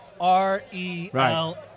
R-E-L